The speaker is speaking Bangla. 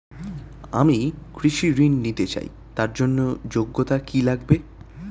আমি কৃষি ঋণ নিতে চাই তার জন্য যোগ্যতা কি লাগে?